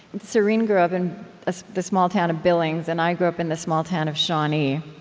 serene grew up in ah the small town of billings, and i grew up in the small town of shawnee,